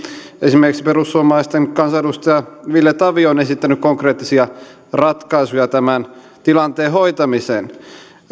esimerkiksi perussuomalaisten kansanedustaja ville tavio on esittänyt konkreettisia ratkaisuja tämän tilanteen hoitamiseen